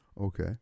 Okay